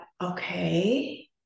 okay